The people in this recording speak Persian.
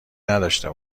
نداشته